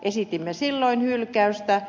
esitimme silloin hylkäystä